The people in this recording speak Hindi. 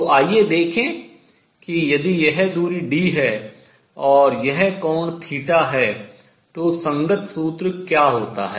तो आइए देखें कि यदि यह दूरी d है और यह कोण है तो संगत सूत्र क्या होता है